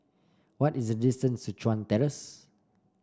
what is the distance to Chuan Terrace